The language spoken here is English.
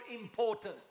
importance